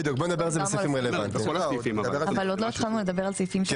כן, בדיוק בואו נדבר על זה בסעיפים הרלוונטיים.